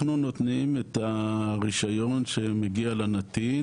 אנחנו נותנים את הרישיון שמגיע לנתין